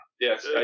Yes